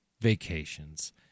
vacations